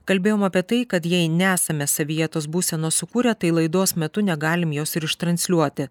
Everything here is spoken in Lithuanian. kalbėjom apie tai kad jei nesame savyje tos būsenos sukūrę tai laidos metu negalim jos ir iš transliuoti